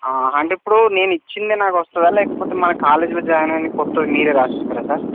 అంటే ఇప్పుడు నేను ఇచ్చింది నాకు వస్తుందా లేకపోతే మన కాలేజీలో జాయిన్ అయిన కొత్తది మీరు రాసిస్తారా సార్